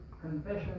confession